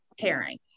pairing